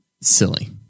silly